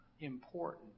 important